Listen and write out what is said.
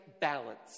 balance